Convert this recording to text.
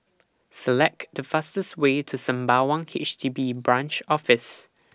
Select The fastest Way to Sembawang H D B in Branch Office